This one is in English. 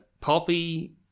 Poppy